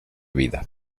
vida